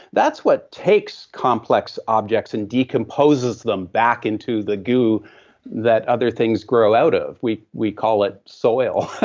that's what takes complex objects and decomposes them back into the goo that other things grow out of. we we call it soil.